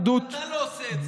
אבל אתה לא עושה את זה.